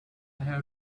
have